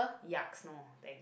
yucks no thanks